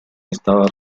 estaba